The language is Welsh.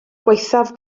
gwaethaf